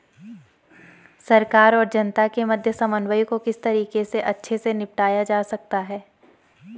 सरकार और जनता के मध्य समन्वय को किस तरीके से अच्छे से निपटाया जा सकता है?